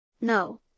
No